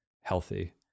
healthy